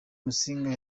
musinga